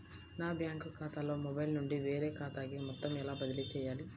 నా బ్యాంక్ ఖాతాలో మొబైల్ నుండి వేరే ఖాతాకి మొత్తం ఎలా బదిలీ చేయాలి?